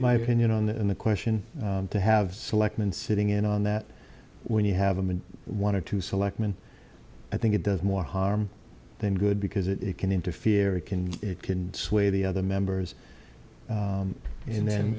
my opinion on that and the question to have selectman sitting in on that when you have them in one or two selectman i think it does more harm than good because it can interfere it can it can sway the other members and then